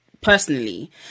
personally